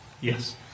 Yes